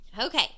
Okay